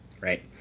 Right